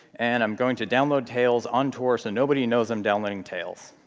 and i'm going to download tails on tor, so nobody knows i'm downloading tails.